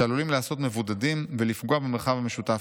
שעלולים להיעשות מבודדים ולפגוע במרחב המשותף.